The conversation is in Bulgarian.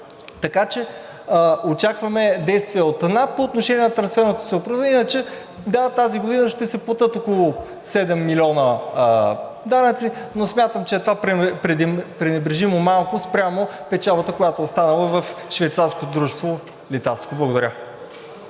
Така че очакваме действия от НАП по отношение на трансферното ценообразуване. Иначе, да, тази година ще се платят около 7 милиона данъци, но смятам, че това е пренебрежимо малко спрямо печалбата, която остава в швейцарското дружество „Литаско“. Благодаря.